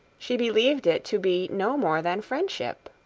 she believed it to be no more than friendship.